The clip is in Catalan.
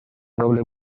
doble